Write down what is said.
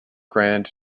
grand